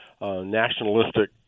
nationalistic